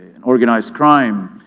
organized crime